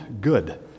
good